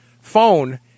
phone